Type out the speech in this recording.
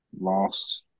Loss